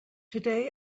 today